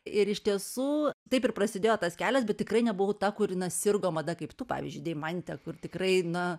ir iš tiesų taip ir prasidėjo tas kelias bet tikrai nebuvau ta kuri sirgo mada kaip tu pavyzdžiui deimante kur tikrai na